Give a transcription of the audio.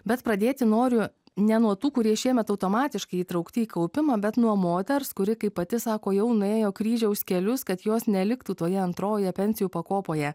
bet pradėti noriu ne nuo tų kurie šiemet automatiškai įtraukti į kaupimą bet nuo moters kuri kaip pati sako jau nuėjo kryžiaus kelius kad jos neliktų toje antrojoje pensijų pakopoje